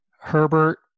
Herbert